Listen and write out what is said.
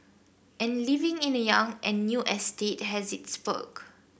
and living in a young and new estate has its perk